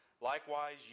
Likewise